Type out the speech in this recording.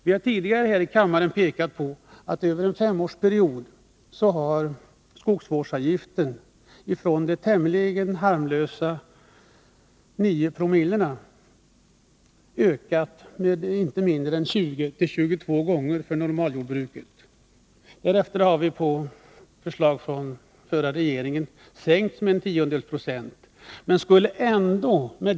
Vi har tidigare här i kammaren visat på att skogsvårdsavgiften över en femårsperiod ökat 20-22 gånger för normalskogsbrukaren från de tämligen harmlösa 0,9 co. Därefter har vi på förslag från förra regeringen sänkt den med 1/10 26.